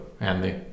Andy